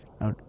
Now